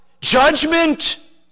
Judgment